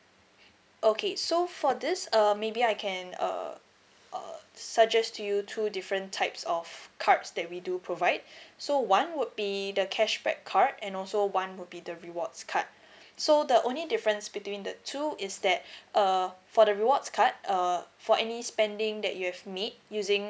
okay so for this uh maybe I can uh uh suggest you two different types of cards that we do provide so one would be the cashback card and also one would be the rewards card so the only difference between the two is that uh for the rewards card err for any spending that you've made using